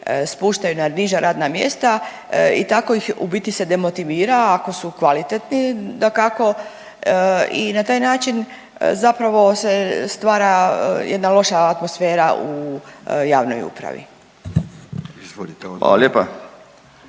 spuštaju na niža radna mjesta i tako ih u biti se demotivira ako su kvalitetni dakako. I na taj način zapravo se stvara jedna loša atmosfera u javnoj upravi.